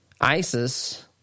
ISIS